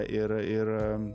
ir ir